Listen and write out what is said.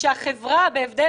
להבדיל